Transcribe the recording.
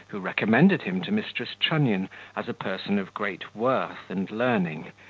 who recommended him to mrs. trunnion as a person of great worth and learning,